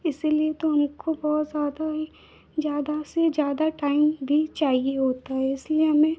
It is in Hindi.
इसलिए तो हमको बहुत ज़्यादा ही ज़्यादा से ज़्यादा टाइम भी चाहिए होता है इसलिए हमें